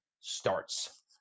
starts